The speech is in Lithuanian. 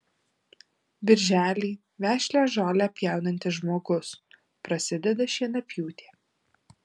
birželį vešlią žolę pjaunantis žmogus prasideda šienapjūtė